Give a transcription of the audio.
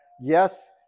yes